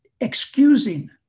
excusing